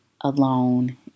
alone